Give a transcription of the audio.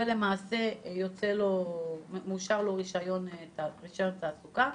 ומאושר לו רישיון תעסוקה.